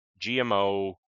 GMO